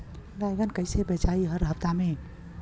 बैगन कईसे बेचाई हर हफ्ता में?